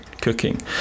cooking